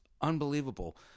unbelievable